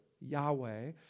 Yahweh